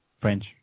French